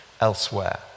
elsewhere